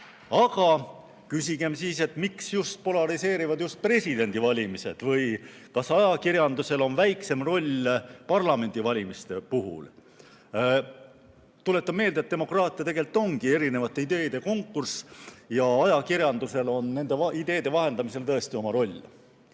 Aga küsigem siis, et miks polariseerivad just presidendivalimised või kas ajakirjandusel on väiksem roll parlamendivalimiste puhul. Tuletan meelde, et demokraatia ongi erinevate ideede konkurss ja ajakirjandusel on nende ideede vahendamisel tõesti oma